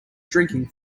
drinking